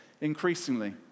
Increasingly